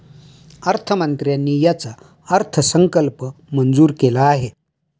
अर्थमंत्र्यांनी याचा अर्थसंकल्प मंजूर केला आहे